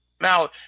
now